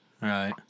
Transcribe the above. Right